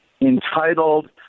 entitled